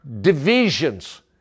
divisions